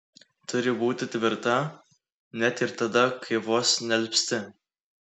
turi būti tvirta net ir tada kai vos nealpsti